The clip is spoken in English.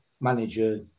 manager